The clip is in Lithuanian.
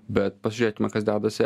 bet pažiūrėkime kas dedasi